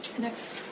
Next